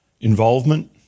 involvement